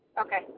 Okay